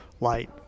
light